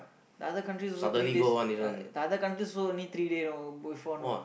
the other countries also three days ya the other countries also only three day before know